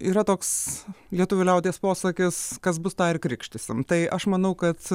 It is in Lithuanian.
yra toks lietuvių liaudies posakis kas bus tą ir krikštysim tai aš manau kad